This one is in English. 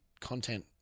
content